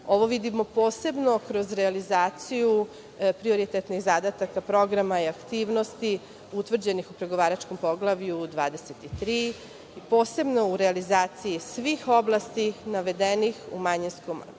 Ovo vidimo posebno kroz realizaciju prioritetnih zadataka, programa i aktivnosti utvrđenih u pregovaračkom Poglavlju 23 i posebno u realizaciji svih oblasti navedenih u tzv. manjinskom akcionom